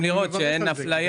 צריך לראות שאין הפליה.